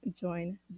join